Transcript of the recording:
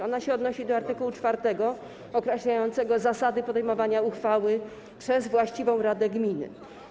Ona się odnosi do art. 4, określającego zasady podejmowania uchwały przez właściwą radę gminy.